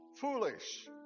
foolish